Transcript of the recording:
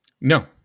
No